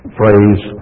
phrase